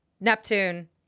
Neptune